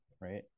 right